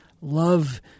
love –